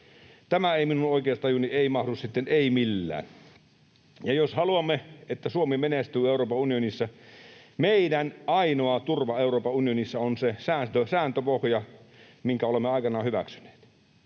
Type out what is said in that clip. Tämä ei minun oikeustajuuni mahdu, ei millään. Jos haluamme, että Suomi menestyy Euroopan unionissa, meidän ainoa turva Euroopan unionissa on se sääntöpohja, minkä olemme aikanaan hyväksyneet.